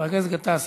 חבר הכנסת גטאס,